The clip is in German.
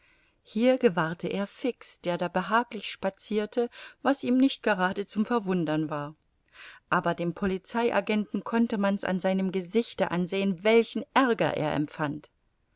hier gewahrte er fix der da behaglich spazierte was ihm nicht gerade zum verwundern war aber dem polizei agenten konnte man's an seinem gesichte ansehen welchen aerger er empfand